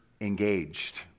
engaged